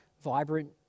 vibrant